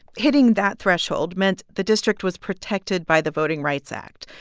hitting that threshold meant the district was protected by the voting rights act.